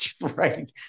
Right